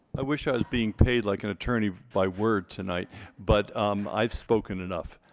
i wish i was being paid like an attorney by word tonight but i've spoken enough.